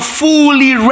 fully